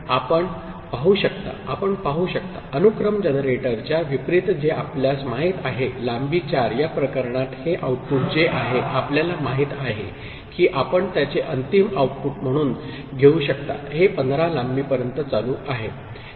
आणि आपण पाहू शकता आपण पाहू शकता अनुक्रम जनरेटरच्या विपरीत जे आपल्यास माहित आहे लांबी 4 या प्रकरणात हे आउटपुट जे आहे आपल्याला माहित आहे की आपण त्याचे अंतिम आउटपुट म्हणून घेऊ शकता हे 15 लांबी पर्यंत चालू आहे